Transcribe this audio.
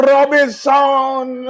Robinson